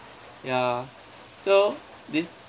ya so this